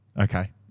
Okay